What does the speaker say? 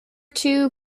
two